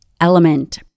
Element